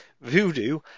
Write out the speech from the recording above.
Voodoo